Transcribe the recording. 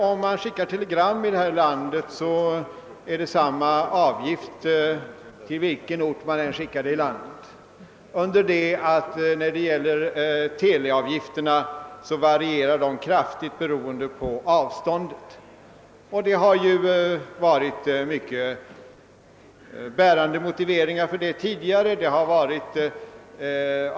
Om man skickar ett telegram är avgiften densamma till vilken ort i vårt land det än skall gå, under det att telefontaxorna varierar kraftigt beroende på avståndet. Det har tidigare funnits mycket bärande skäl för detta.